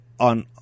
On